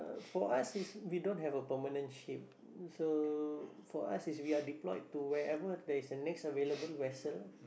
for us is we don't have a permanent ship so for us is we are deployed to wherever there is a next available vessel